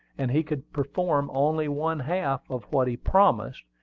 and he could perform only one-half of what he promised,